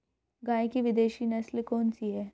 गाय की विदेशी नस्ल कौन सी है?